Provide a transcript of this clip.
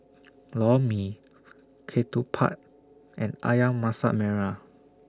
Lor Mee Ketupat and Ayam Masak Merah